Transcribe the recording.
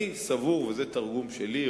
אני סבור זה תרגום שלי,